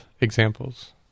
examples